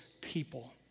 people